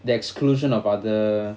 the exclusion of other